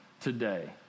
today